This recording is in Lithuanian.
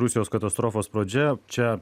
rusijos katastrofos pradžia čia